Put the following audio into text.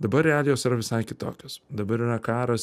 dabar realijos yra visai kitokios dabar yra karas